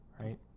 right